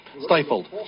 stifled